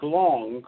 long